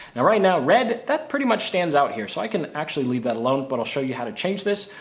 now, right now, red, that pretty much stands out here. so i can actually leave that alone, but i'll show you how to change this.